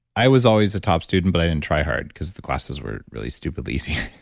i was always a top student, but i didn't try hard because the classes were really stupidly easy.